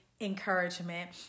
encouragement